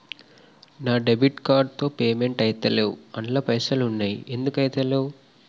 నా debit card తో payment ఐతలేవ్ అండ్ల పైసల్ ఉన్నయి ఎందుకు ఐతలేవ్?